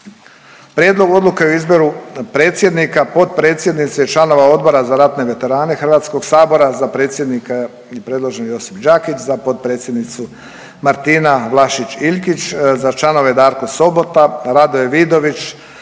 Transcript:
Prijedlog odluke o izboru predsjednika, potpredsjednice i članova Odbor za ratne veterane HS-a, za predsjednika je predložen Josip Đakić, za potpredsjednica Martina Vlašić Iljkić, za članove Darko Sobota, Radoje Vidović,